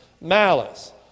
malice